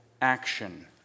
action